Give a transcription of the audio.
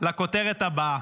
לכותרת הבאה: